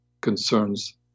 concerns